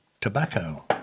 Tobacco